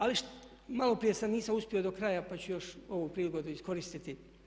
Ali malo prije nisam uspio do kraja pa ću još ovu priliku iskoristiti.